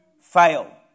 fail